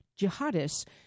jihadists